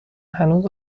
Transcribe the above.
هنوز